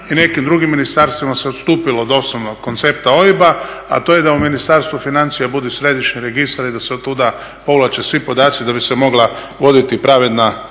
i nekim drugim ministarstvima se odstupilo od osnovnog koncepta OIB-a, a to je da u Ministarstvu financija bude središnji registar i da se od tuda povlače svi podaci da bi se mogla voditi pravedna